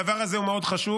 הדבר הזה הוא מאוד חשוב.